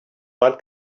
one